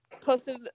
posted